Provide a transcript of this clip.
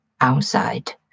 outside